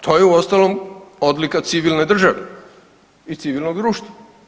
To je uostalom odlika civilne države i civilnog društva.